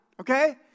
okay